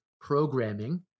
programming